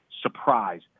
surprise